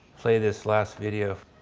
play this last video